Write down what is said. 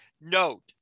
note